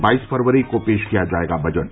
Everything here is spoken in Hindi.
बाईस फरवरी को पेश किया जायेगा बजट